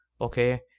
Okay